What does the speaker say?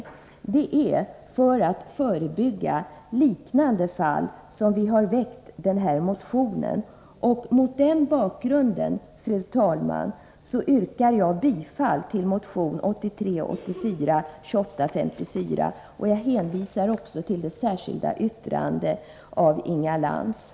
Det är för att förebygga liknande fall som vi har väckt motionen. Mot denna bakgrund, fru talman, yrkar jag bifall till motion 2854. Jag hänvisar också till det särskilda yttrandet av Inga Lantz.